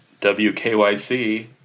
WKYC